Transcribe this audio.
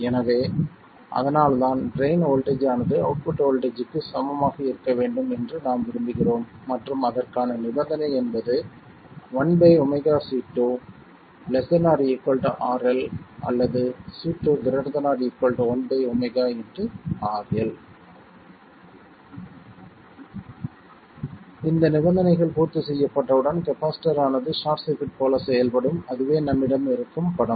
எனவே அதனால்தான் drain voltage ஆனது அவுட்புட் வோல்ட்டேஜ்க்குச் சமமாக இருக்க வேண்டும் என்று நாம் விரும்புகிறோம் மற்றும் அதற்கான நிபந்தனை என்பது 1 ω C2 ≤ அல்லது C2 ≥ 1 ω இந்த நிபந்தனைகள் பூர்த்தி செய்யப்பட்டவுடன் கப்பாசிட்டர் ஆனது ஷார்ட் சர்க்யூட் போல செயல்படும் அதுவே நம்மிடம் இருக்கும் படம்